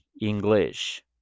English